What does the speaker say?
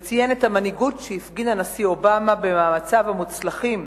וציין את המנהיגות שהפגין הנשיא אובמה במאמציו המוצלחים